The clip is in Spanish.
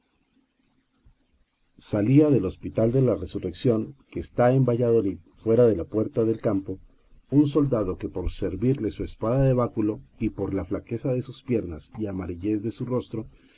salía del hospital de la resurrección que está en valladolid fuera de la puerta del campo un soldado que por servirle su espada de báculo y por la flaqueza de sus piernas y amarillez de su rostro